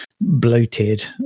bloated